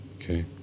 Okay